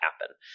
happen